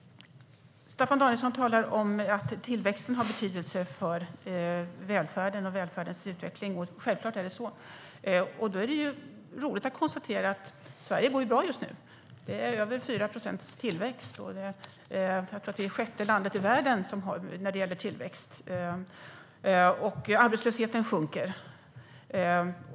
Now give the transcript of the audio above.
Staffan Danielsson talar om att tillväxten har betydelse för välfärden och välfärdens utveckling. Självklart är det så. Det är då roligt att konstatera att Sverige just nu går bra. Det är över 4 procents tillväxt. Jag tror att vi är sjätte landet i världen när det gäller tillväxt, och arbetslösheten sjunker.